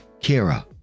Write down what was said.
Kira